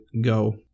go